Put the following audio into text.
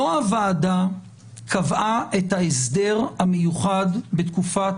לא הוועדה קבעה את ההסדר המיוחד בתקופת